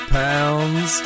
pounds